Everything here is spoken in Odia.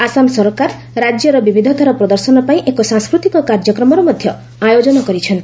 ଆସାମ ସରକାର ରାଜ୍ୟର ବିବିଧତାର ପ୍ରଦର୍ଶନ ପାଇଁ ଏକ ସାଂସ୍କୃତିକ କାର୍ଯ୍ୟକ୍ରମର ମଧ୍ୟ ଆୟୋଜନ କରିଚ୍ଛନ୍ତି